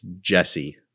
Jesse